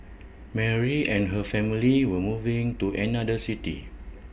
Mary and her family were moving to another city